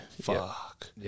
Fuck